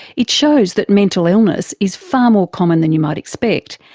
it shows that mental illness is far more common than you might expect,